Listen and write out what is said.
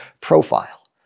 profile